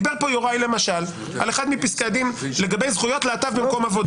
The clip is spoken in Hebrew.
דיבר פה יוראי למשל על אחד מפסקי הדין לגבי זכויות להט"ב במקום עבודה,